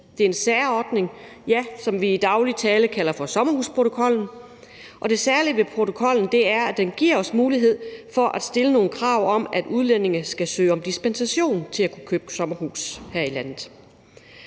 Det er en særordning, som vi i daglig tale kalder for sommerhusprotokollen, og det særlige ved protokollen er, at den giver os mulighed for at stille nogle krav om, at udlændinge skal søge om dispensation for at kunne købe sommerhus her i landet.